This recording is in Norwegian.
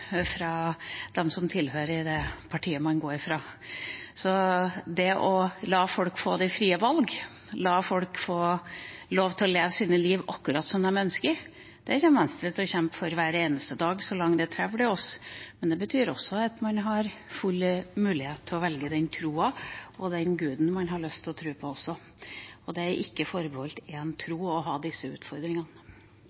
fra dem som tilhører det partiet man går fra. Det å la folk få det frie valg, la folk få lov til å leve sitt liv akkurat som de ønsker, det kommer Venstre til å kjempe for hver eneste dag så lenge det er trevl i oss, men det betyr også at man har full mulighet til å velge den troa og den guden man har lyst til å tro på. Det er ikke forbeholdt én tro